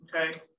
Okay